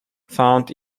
found